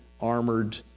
armored